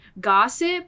gossip